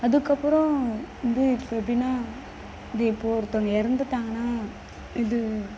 அதுக்கப்புறோம் வந்து இப்போ எப்படினா இது இப்போது ஒருத்தவங்க இறந்துட்டாங்கனா இது